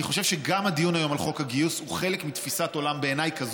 אני חושב שגם הדיון היום על חוק הגיוס הוא חלק מתפיסת עולם כזאת.